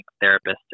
therapist